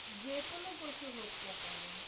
যে কোনও পশু হোক না কেন